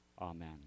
Amen